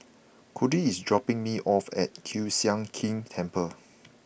Codie is dropping me off at Kiew Sian King Temple